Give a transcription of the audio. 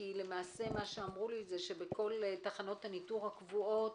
כי למעשה מה שאמרו לי שזה שבכל תחנות הניטור הקבועות,